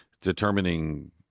determining